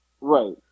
Right